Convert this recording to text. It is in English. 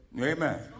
Amen